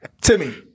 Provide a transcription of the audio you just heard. Timmy